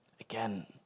Again